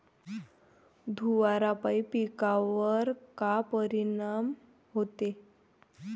धुवारापाई पिकावर का परीनाम होते?